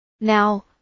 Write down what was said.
Now